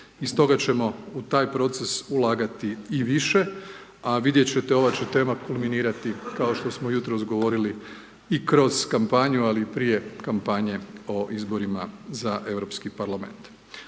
I stoga ćemo u taj proces ulagati i više, a vidjeti ćete ova će tema kulminirati, kao što smo jutros govorili i kroz kampanju, ali i prije kampanje o izborima za Europski parlament.